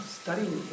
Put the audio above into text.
studying